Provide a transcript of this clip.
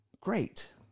great